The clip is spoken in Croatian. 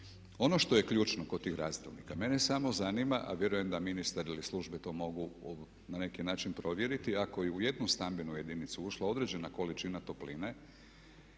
ono što je ključno kod tih razdjelnika mene samo zanima, a vjerujem da ministar ili službe to mogu na neki način provjeriti ako je u jednu stambenu jedinicu ušla određena količina topline